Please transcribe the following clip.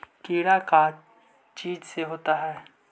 कीड़ा का चीज से होता है?